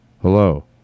Hello